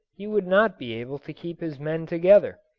he would not be able to keep his men together.